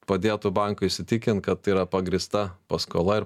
padėtų bankui įsitikint kad yra pagrįsta paskola ir